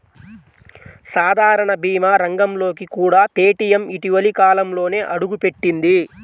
సాధారణ భీమా రంగంలోకి కూడా పేటీఎం ఇటీవలి కాలంలోనే అడుగుపెట్టింది